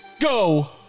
Go